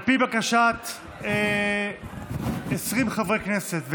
על פי בקשת 20 חברי כנסת,